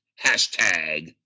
Hashtag